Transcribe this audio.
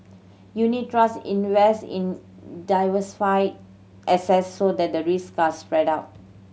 unit trusts invest in diversified assets so that the risks are spread out